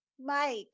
Mike